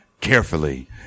carefully